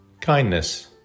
Kindness